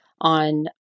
on